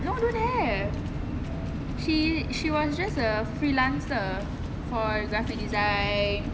no don't have she she was just a freelancer for graphic design